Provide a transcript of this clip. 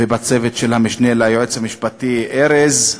ובצוות של המשנה ליועץ המשפטי ארז,